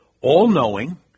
all-knowing